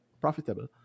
profitable